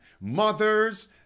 mothers